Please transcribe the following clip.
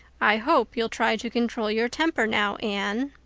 i hope you'll try to control your temper now, anne.